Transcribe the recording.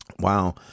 Wow